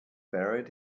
buried